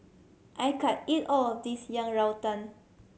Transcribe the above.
I can't eat all of this Yang Rou Tang